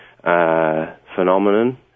phenomenon